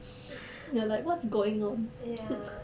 ya